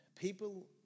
people